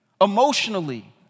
emotionally